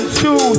two